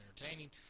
entertaining